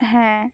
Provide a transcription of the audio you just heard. ᱦᱮᱸ